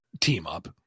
team-up